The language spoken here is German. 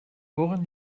worin